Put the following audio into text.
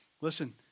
listen